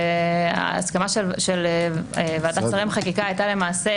וההסכמה של ועדת שרים לחקיקה הייתה למעשה